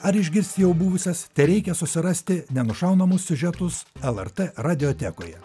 ar išgirsti jau buvusias tereikia susirasti nenušaunamus siužetus lrt radiotekoje